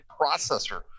processor